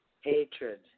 hatred